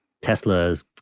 Tesla's